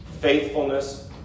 faithfulness